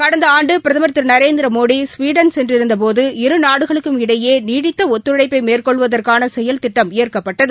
கடந்தஆண்டுபிரதமர் திருநரேந்திரமோடி ஸ்வீடன் இருநாடுகளுக்கும் இடையேநீடித்தஒத்துழைப்பைமேற்கொள்வதற்கானசெயல்திட்டம் ஏற்கப்பட்டது